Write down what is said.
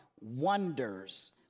wonders